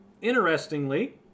interestingly